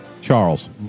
Charles